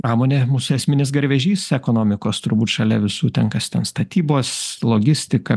pramonė mūsų esminis garvežys ekonomikos turbūt šalia visų ten kas ten statybos logistika